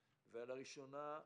ולראשונה,